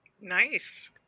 Nice